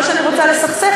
לא שאני רוצה לסכסך,